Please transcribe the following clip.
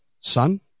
son